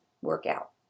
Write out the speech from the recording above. workout